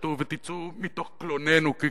תתעשתו ותצאו מתוך קלוננו, כי